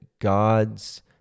God's